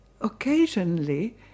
occasionally